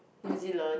New Zealand